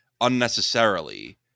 unnecessarily